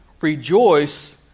rejoice